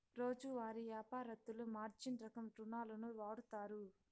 రోజువారీ యాపారత్తులు మార్జిన్ రకం రుణాలును వాడుతారు